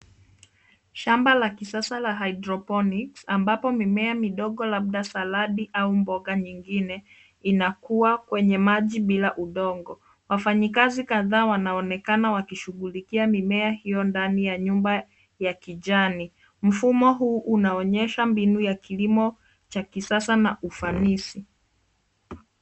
Shamba la kisasa la hydroponics , ambapo mimea midogo, labda saladi au mboga nyingine, inakua kwenye maji bila udongo. Wafanyikazi kadhaa wanaonekana wakishughulikia mimea hiyo ndani ya nyumba ya kijani. Mfumo huu unaonyesha mbinu ya kilimo cha kisasa na ufanisi.